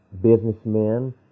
businessmen